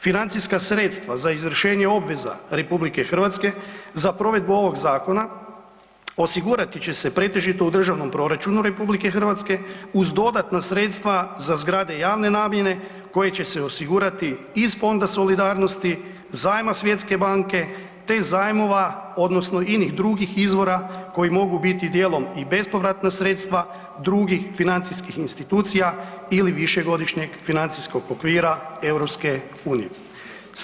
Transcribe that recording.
Financijska sredstva za izvršenje obveza RH za provedbu ovog zakona osigurati će se pretežito u državnom proračunu RH uz dodatna sredstva za zgrade javne namjene koje će se osigurati iz Fonda solidarnosti, zajma Svjetske banke te zajmova odnosno inih drugih izvora koji mogu biti djelom i bespovratna sredstva drugih financijskih institucija ili višegodišnjeg financijskog okvira EU-a.